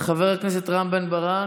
חבר הכנסת רם בן ברק,